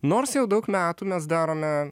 nors jau daug metų mes darome